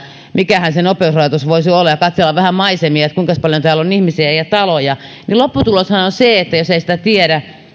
mikähän se nopeusrajoitus voisi olla ja pitää katsella vähän maisemia että kuinkas paljon täällä on ihmisiä ja taloja niin lopputuloshan on se että jos ei sitä tiedä